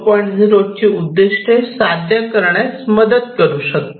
0 ची उद्दीष्टे साध्य करण्यात मदत करू शकते